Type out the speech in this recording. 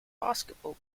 basketball